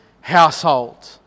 household